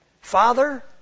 Father